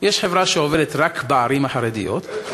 יש חברה שעובדת רק בערים החרדיות, בן צור,